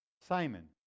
Simon